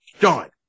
John